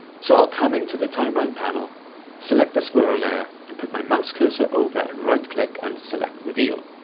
so i'll come into the timeline panel select the squirrel layer and put my mouse cursor over and right click and select reveal,